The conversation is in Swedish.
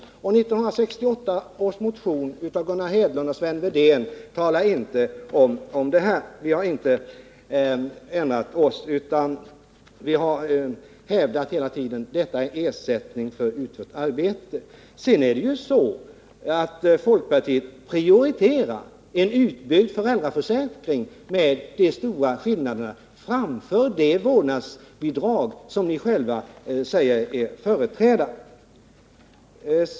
1968 års motion av Gunnar Hedlund och Sven Wedén talar visserligen inte om detta, men vi har inte ändrat oss, utan vi har hela tiden hävdat att detta belopp är ersättning för utfört arbete. Sedan är det så att folkpartiet prioriterar en utbyggd föräldraförsäkring, med de stora skillnaderna, framför det vårdnadsbidrag som ni själva säger er företräda.